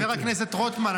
חבר הכנסת רוטמן,